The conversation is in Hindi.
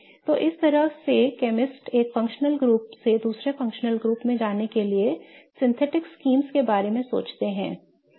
तो इस तरह से केमिस्ट एक फंक्शनल ग्रुप से दूसरे में जाने के लिए सिंथेटिक योजनाओं के बारे में सोचते हैं